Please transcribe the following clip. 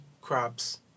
crops